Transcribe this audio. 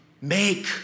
make